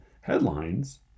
headlines